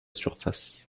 surface